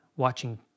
watching